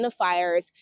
identifiers